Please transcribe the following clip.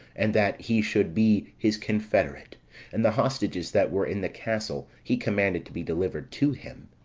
and that he should be his confederate and the hostages that were in the castle, he commanded to be delivered to him.